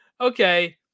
Okay